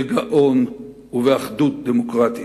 בגאון ובאחדות דמוקרטית.